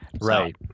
Right